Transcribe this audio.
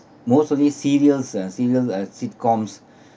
most of these serials uh serials uh sitcoms